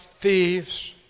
thieves